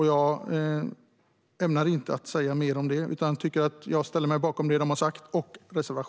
Jag ämnar inte säga mer om det.